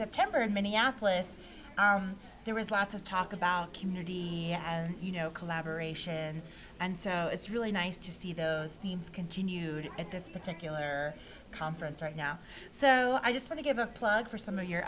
september minneapolis there was lots of talk about community you know collaboration and so it's really nice to see those things continued at this particular conference right now so i just want to give a plug for some of your